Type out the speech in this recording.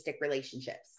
relationships